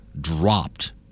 dropped